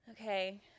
Okay